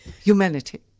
humanity